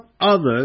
others